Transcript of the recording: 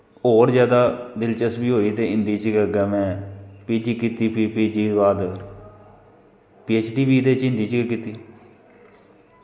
होर ज्यादा दिलचस्पी होई ते हिन्दी च गै अग्गैं में पीजी कीती फिर पी जी दे बाद पी ऐच डी बी एह्दे च हिन्दी च गै कीती